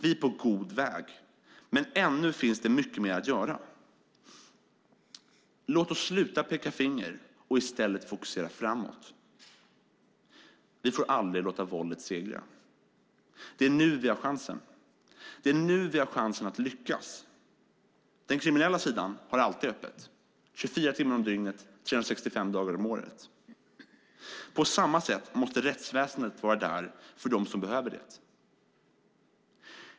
Vi är på god väg, men ännu finns det mycket mer att göra. Låt oss sluta peka finger och i stället fokusera framåt. Vi får aldrig låta våldet segra. Det är nu vi har chansen att lyckas. Den kriminella sidan har alltid öppet - 24 timmar om dygnet 365 dagar om året. På samma sätt måste rättsväsendet vara där för dem som behöver det.